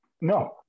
no